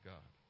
God